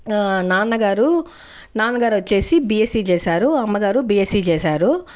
నాన్నగారు నాన్నగారు వచ్చేసి బీఎస్సీ చేశారు అమ్మగారు బీఎస్సీ చేశారు